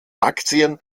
aktien